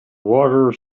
water